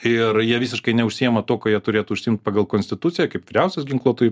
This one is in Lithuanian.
ir jie visiškai neužsiima tuo ką jie turėtų užsiimti pagal konstituciją kaip vyriausias ginkluotųjų